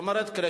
בישראל.